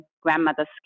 grandmother's